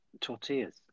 tortillas